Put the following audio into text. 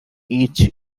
each